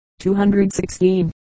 216